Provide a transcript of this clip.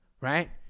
right